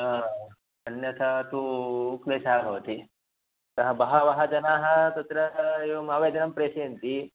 हा अन्यथा तु क्लेशः भवति अतः बहवः जनाः तत्र एवम् आवेदनं प्रेषयन्ति